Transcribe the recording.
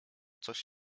coś